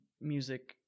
music